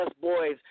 boys